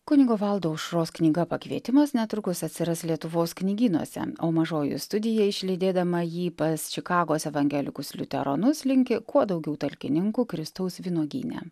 kunigo valdo aušros knyga pakvietimas netrukus atsiras lietuvos knygynuose o mažoji studija išlydėdama jį pas čikagos evangelikus liuteronus linki kuo daugiau talkininkų kristaus vynuogyne